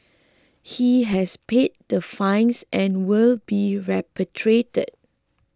he has paid the fines and will be repatriated